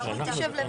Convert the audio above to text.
כמו שאתה יודע,